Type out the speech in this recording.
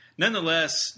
Nonetheless